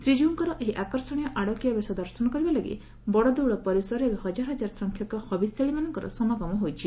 ଶ୍ରୀକୀଉଙ୍କର ଏହି ଆକର୍ଷଣୀୟ ଆଡକିଆ ବେଶ ଦର୍ଶନ କରିବା ଲାଗି ବଡ଼ଦେଉଳ ପରିସରରେ ଏବେ ହଜାର ହଜାର ସଂଖ୍ୟକ ହବିଷ୍ୟାଳିମାନଙ୍କର ସମାଗମ ହୋଇଛି